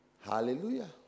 Hallelujah